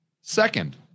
Second